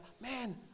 man